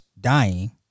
dying